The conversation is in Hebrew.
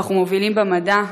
ואנחנו מובילים במדע,